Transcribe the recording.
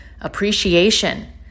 appreciation